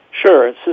Sure